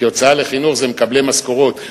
כי הוצאה על חינוך זה מקבלי משכורות,